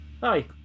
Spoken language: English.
Hi